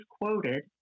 quoted